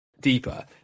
deeper